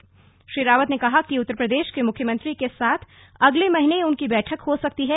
त्रिवेंद्र सिंह रावत ने कहा कि उत्तर प्रदेश के मुख्यमंत्री के साथ अगले महीने उनकी बैठक हो सकती है